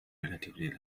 relatively